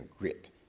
grit